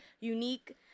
unique-